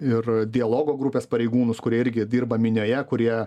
ir dialogo grupės pareigūnus kurie irgi dirba minioje kurie